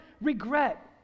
regret